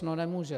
No nemůže.